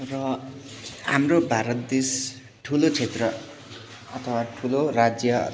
र हाम्रो भारत देश ठुलो क्षेत्र अथवा ठुलो राज्य